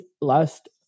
last